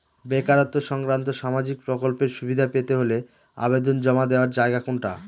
বেকারত্ব সংক্রান্ত সামাজিক প্রকল্পের সুবিধে পেতে হলে আবেদন জমা দেওয়ার জায়গা কোনটা?